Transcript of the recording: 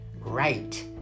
Right